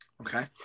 okay